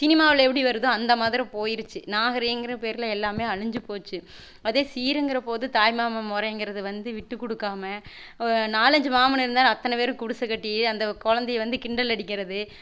சினிமாவில் எப்படி வருதோ அந்த மாதிரி போயிடுச்சு நாகரீகங்கற பேரில் எல்லாம் அழிஞ்சு போச்சு அதே சீர்ங்கற போது தாய் மாமன் முறைங்கறது வந்து விட்டு கொடுக்காம நாலஞ்சு மாமன் இருந்தால் அத்தனை பேரும் குடிச கட்டி அந்த குழந்தைய வந்து கிண்டல் அடிக்கிறது